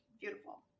beautiful